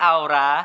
Aura